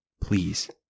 Please